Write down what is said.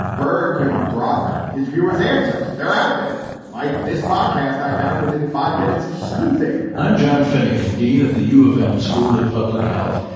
berg could have brought his viewers answers. they're out there like this podcast i found within five minutes of sleuthing i'm john finnegan dean of the u of m school of public health.